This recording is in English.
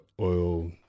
oil